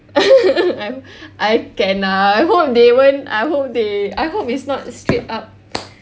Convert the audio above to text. I I can lah I hope they won't I hope they I hope it's not straight up